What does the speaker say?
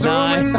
nine